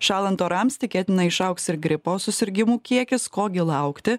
šąlant orams tikėtina išaugs ir gripo susirgimų kiekis ko gi laukti